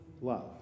love